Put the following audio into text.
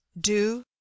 Do